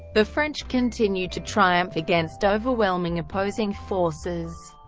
the french continued to triumph against overwhelming opposing forces.